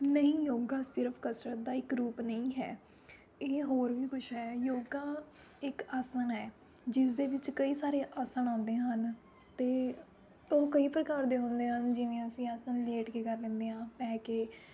ਨਹੀਂ ਯੋਗਾ ਸਿਰਫ ਕਸਰਤ ਦਾ ਇੱਕ ਰੂਪ ਨਹੀਂ ਹੈ ਇਹ ਹੋਰ ਵੀ ਕੁਛ ਹੈ ਯੋਗਾ ਇੱਕ ਆਸਣ ਹੈ ਜਿਸ ਦੇ ਵਿੱਚ ਕਈ ਸਾਰੇ ਆਸਣ ਆਉਂਦੇ ਹਨ ਅਤੇ ਉਹ ਕਈ ਪ੍ਰਕਾਰ ਦੇ ਹੁੰਦੇ ਹਨ ਜਿਵੇਂ ਅਸੀਂ ਆਸਣ ਲੇਟ ਕੇ ਕਰ ਲੈਂਦੇ ਹਾਂ ਪੈ ਕੇ